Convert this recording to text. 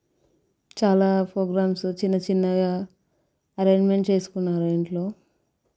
చాలా ప్రోగ్రామ్స్ చిన్న చిన్నగా అరేంజ్మెంట్స్ చేసుకున్నారు ఇంట్లో